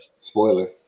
Spoiler